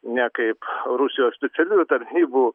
ne kaip rusijos specialiųjų tarnybų